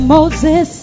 Moses